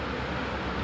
so ya